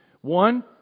One